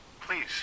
Please